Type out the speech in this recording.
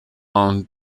aunt